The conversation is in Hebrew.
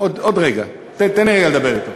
עוד רגע, תן לי רגע לדבר אתו,